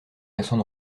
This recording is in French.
accent